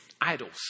idols